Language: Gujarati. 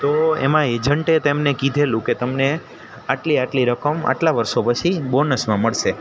તો એમાં એજન્ટે તેમને કીધેલું કે તમને આટલી આટલી રકમ આટલા વર્ષો પછી બોનસમાં મળશે